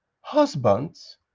husbands